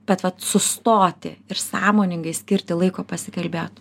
bet vat sustoti ir sąmoningai skirti laiko pasikalbėt